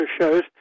shows